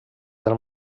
del